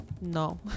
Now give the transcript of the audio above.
No